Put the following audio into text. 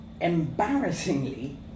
embarrassingly